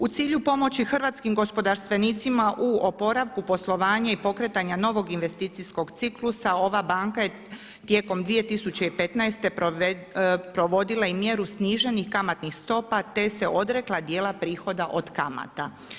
U cilju pomoći hrvatskim gospodarstvenicima u oporavku poslovanja i pokretanja novog investicijskog ciklusa ova banka je tijekom 2015. provodila i mjeru sniženih kamatnih stopa te se odrekla djela prihoda od kamata.